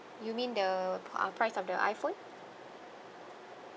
you mean the uh price of the iphone